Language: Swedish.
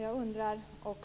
Jag undrar